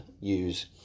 use